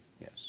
Yes